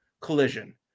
collision